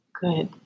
Good